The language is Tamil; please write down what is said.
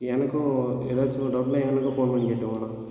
எனக்கும் ஏதாச்சும் ஒரு டவுட்னா எனக்கு ஃபோன் பண்ணி கேட்டுக்கோங்கன்னால்